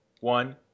one